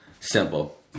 simple